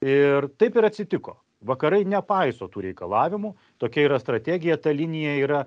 ir taip ir atsitiko vakarai nepaiso tų reikalavimų tokia yra strategija ta linija yra